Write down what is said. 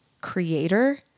creator